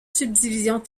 subdivisions